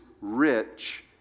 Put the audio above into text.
rich